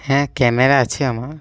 হ্যাঁ ক্যামেরা আছে আমার